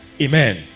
Amen